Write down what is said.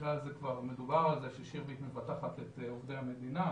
שבמקרה הזה כבר מדובר על זה ששירביט מבטחת את עובדי המדינה,